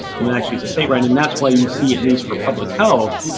then actually, it's a state right. and, that's why you see, at least for public health,